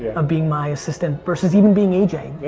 ah being my assistant versus even being aj. yeah.